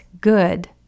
good